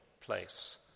place